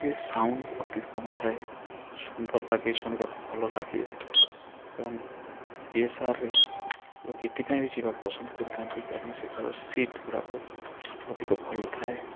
ରେ ସାଉଣ୍ଡ ଅତି ଉତ୍ତମ ଥାଏ ସୁନ୍ଦର ଲାଗେ ଶୁଣିବାକୁ ଭଲଲାଗେ ଏବଂ ପି ଏସ୍ ଆର୍ ରେ ଲୋକେ ଏଥିପାଇଁବି ଯିବାକୁ ପସନ୍ଦ କରିଥାନ୍ତି କାରଣ ସେଠାର ସିଟ୍ ଗୁଡ଼ାକ ଅଧିକ ଭଲ ଥାଏ